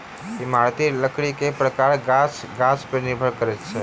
इमारती लकड़ीक प्रकार गाछ गाछ पर निर्भर करैत अछि